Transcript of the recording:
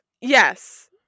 Yes